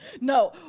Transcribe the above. No